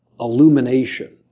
illumination